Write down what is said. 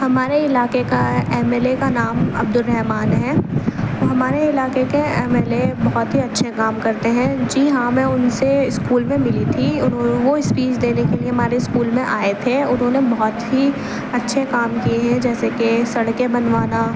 ہمارے علاقے کا ایم ایل اے کا نام عبدالرحمان ہیں وہ ہمارے علاقے کے ایم ایل اے بہت ہی اچھے کام کرتے ہیں جی ہاں میں ان سے اسکول میں ملی تھی وہ اسپیچ دینے کے لیے ہمارے اسکول میں آئے تھے انہوں نے بہت ہی اچھے کام کیے ہیں جیسے کہ سڑکیں بنوانا